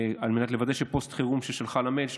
על מנת לוודא שפוסט חירום שהיא שלחה למייל של